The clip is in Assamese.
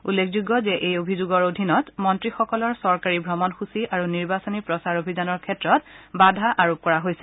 উল্লেখযোগ্য যে এই অভিযোগৰ অধীনত মন্ত্ৰীসকলৰ চৰকাৰী ভ্ৰমণসূচী আৰু নিৰ্বাচনী প্ৰচাৰ অভিযানৰ ক্ষেত্ৰত বাধা আৰোপ কৰা হৈছিল